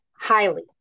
highly